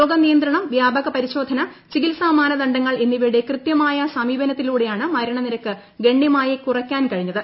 രോഗനിയന്ത്രണം വൃാപക പരിശോധന ചികിത്സാ മാനദണ്ഡങ്ങൾ എന്നിവയുടെ കൃത്യമായ സമീപനത്തിലൂടെയാണ് മരണനിരക്കു ഗണ്യമായി കുറയ്ക്കാൻ കഴിഞ്ഞത്